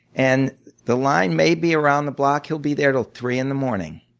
and the line may be around the block he'll be there until three in the morning,